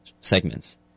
segments